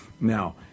Now